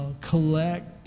collect